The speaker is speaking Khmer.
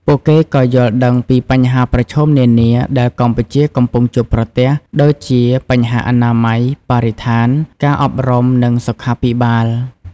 ពួកគេក៏យល់ដឹងពីបញ្ហាប្រឈមនានាដែលកម្ពុជាកំពុងជួបប្រទះ ដូចជាបញ្ហាអនាម័យ បរិស្ថាន ការអប់រំ និងសុខាភិបាល។